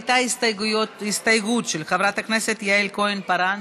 הייתה הסתייגות של חברת הכנסת יעל כהן-פארן,